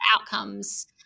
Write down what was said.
outcomes